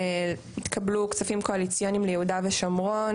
התקבלו כספים קואליציוניים ליהודה ושומרון,